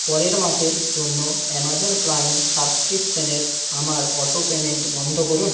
পরের মাসের জন্য অ্যামাজন প্রাইম সাবস্ক্রিপশনের আমার অটো পেমেন্ট বন্ধ করুন